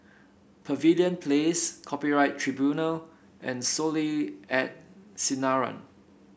Pavilion Place Copyright Tribunal and Soleil and Sinaran